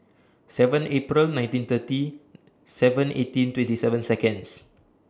seven April nineteen thirty seven eighteen twenty seven Seconds